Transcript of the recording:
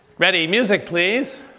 ready music please.